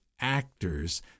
actors